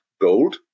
gold